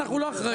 אנחנו לא אחראים.